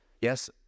yes